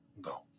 Go